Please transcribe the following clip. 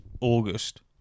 august